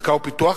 מחקר ופיתוח,